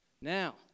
Now